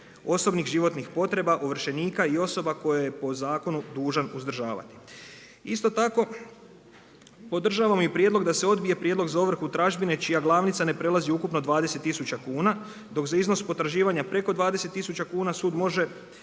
osobnih životnih potreba ovršenika i osoba koje po zakonu dužan uzdržavati. Isto tako, podržavam i prijedlog da se odbije prijedlog za ovrhu tražbine čija glavnica ne prelazi ukupno 20000 kuna, dok za iznos potraživanja preko 20000 kuna sud može